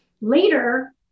Later